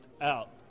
out